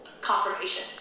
confirmation